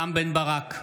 (קורא בשמות חברי הכנסת) רם בן ברק,